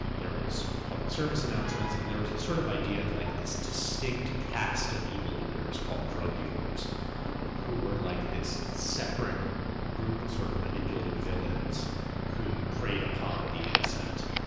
there was public service announcements, and there was this sort of idea of like this distinct cast of evildoers called drug dealers who were like this separate group of sort of manipulative villains who preyed upon the innocent.